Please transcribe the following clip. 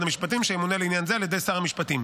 המשפטים שימונה לעניין זה על ידי שר המשפטים.